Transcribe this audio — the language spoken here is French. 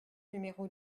numéro